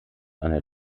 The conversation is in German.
einer